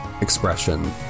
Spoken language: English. expression